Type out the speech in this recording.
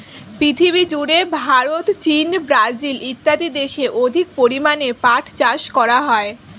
পৃথিবীজুড়ে ভারত, চীন, ব্রাজিল ইত্যাদি দেশে অধিক পরিমাণে পাট চাষ করা হয়